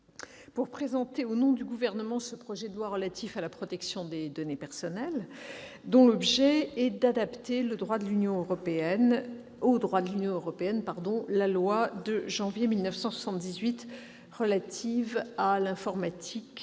pour présenter, au nom du Gouvernement, ce projet de loi relatif à la protection des données personnelles, dont l'objet est d'adapter au droit de l'Union européenne la loi du 6 janvier 1978 relative à l'informatique,